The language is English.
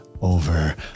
over